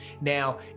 now